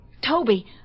Toby